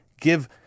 give